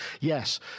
yes